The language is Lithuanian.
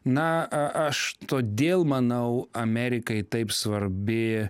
na a aš todėl manau amerikai taip svarbi